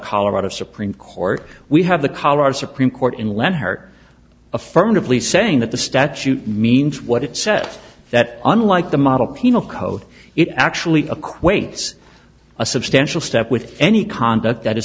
colorado supreme court we have the colorado supreme court in let her affirmatively saying that the statute means what it says that unlike the model penal code it actually acquaints a substantial step with any conduct that is